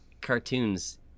cartoons